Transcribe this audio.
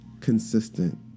consistent